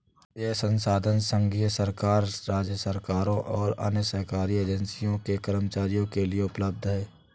यह संसाधन संघीय सरकार, राज्य सरकारों और अन्य सरकारी एजेंसियों के कर्मचारियों के लिए उपलब्ध है